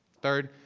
third,